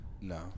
No